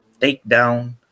takedown